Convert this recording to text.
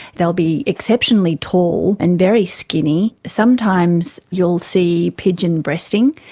they'll be exceptionally tall and very skinny. sometimes you'll see pigeon-breasting,